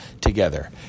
together